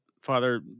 Father